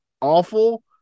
awful